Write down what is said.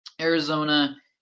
Arizona